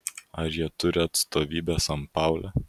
ar jie turi atstovybę sanpaule